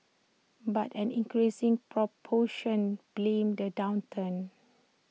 but an increasing proportion blamed the downturn